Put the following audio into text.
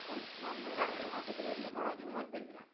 வணக்கம் நான் மயிலாடுதுறை மாவட்டத்துலேருந்து மனோஜுகுமார் பேசுகிறேன்